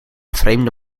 vreemde